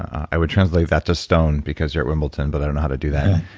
i would translate that to stone because we're at wimbledon, but i don't know how to do that.